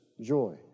joy